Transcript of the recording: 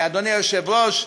אדוני היושב-ראש,